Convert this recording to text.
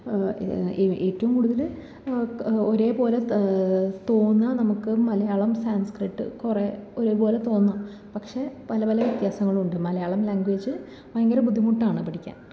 ഏറ്റവും കൂടുതൽ ഒരേ പോലെ തോന്നുക നമുക്ക് മലയാളം സാൻസ്ക്രിറ്റ് കുറേ ഒരു പോലെ തോന്നുക പക്ഷേ പല പല വ്യത്യാസങ്ങളുണ്ട് മലയാളം ലാംഗ്വേജ് ഭയങ്കര ബുദ്ധിമുട്ടാണ് പഠിക്കാൻ